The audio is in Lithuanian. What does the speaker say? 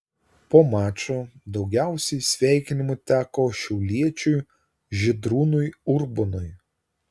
po mačo daugiausiai sveikinimų teko šiauliečiui žydrūnui urbonui